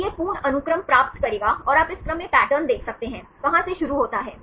तो यह पूर्ण अनुक्रम प्राप्त करेगा और आप इस क्रम में पैटर्न देख सकते हैं कहां से शुरू होता है